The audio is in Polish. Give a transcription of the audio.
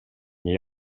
nie